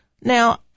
Now